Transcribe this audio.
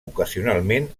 ocasionalment